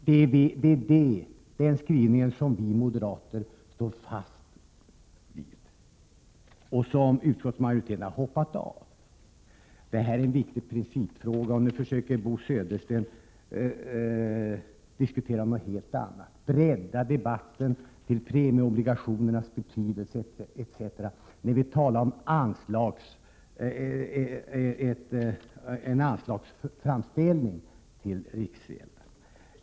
Det är den skrivning som vi moderater står fast vid och som utskottsmajoriteten nu har hoppat av. Detta är en viktig principfråga. Nu försöker Bo Södersten diskutera något helt annat. Han vill bredda debatten till premieobligationernas betydelse etc. , när vi talar om en anslagsframställning till riksgälden.